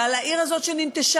ועל העיר הזאת שננטשה,